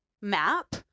map